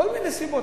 כל מיני סיבות,